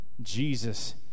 Jesus